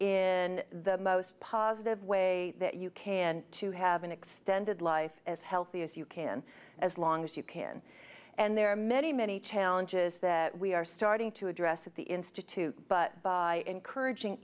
in the most positive way that you can to have an extended life as healthy as you can as long as you can and there are many many challenges that we are starting to address at the institute but by encouraging